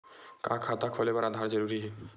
का खाता खोले बर आधार जरूरी हे?